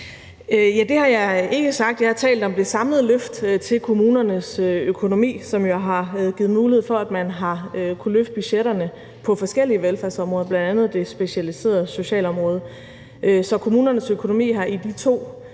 Det har jeg ikke sagt. Jeg har talt om det samlede løft til kommunernes økonomi, som jo har givet mulighed for, at man har kunne løfte budgetterne på forskellige velfærdsområder, bl.a. det specialiserede socialområde. Så kommunernes økonomi har i de to